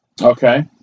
Okay